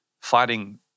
fighting